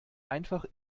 einfach